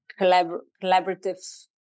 collaborative